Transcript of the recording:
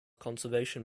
conservation